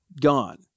gone